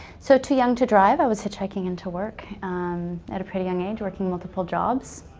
so, too young to drive. i was hitchhiking in to work at a pretty young age. working multiple jobs.